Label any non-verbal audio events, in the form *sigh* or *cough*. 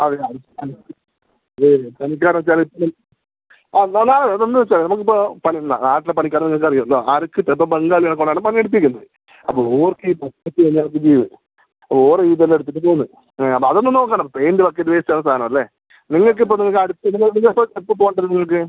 അതെയോ വേറെ പണിക്കാറെ വച്ചാൽ ഒന്ന് അതൊന്നാണ് അതൊന്ന് വച്ചാൽ നമുക്ക് ഇപ്പോൾ പണി ഇല്ല നാട്ടിലെ പണിക്കാർ എന്ന് വച്ചാൽ *unintelligible* ഇപ്പം ബംഗാളികളെ കൊണ്ടാണ് പണി എടുപ്പിക്കുന്നത് അപ്പോൾ ഓർക്ക് *unintelligible* ഓറ് ഇത് എല്ലാം എടുത്തിട്ട് പോന്ന് അപ്പോൾ അതൊന്ന് നോക്കണം പെയിൻറ്റ് വർക്ക് *unintelligible* നിങ്ങൾക്ക് ഇപ്പം നിങ്ങൾക്ക് അടുത്തു നിന്ന് നിങ്ങൾ നിങ്ങൾ എപ്പോൾ എപ്പോൾ പോവേണ്ടത് നിങ്ങൾക്ക്